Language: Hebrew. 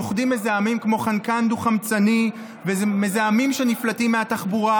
לוכדים מזהמים כמו חנקן דו-חמצני ומזהמים שנפלטים מהתחבורה,